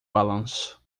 balanço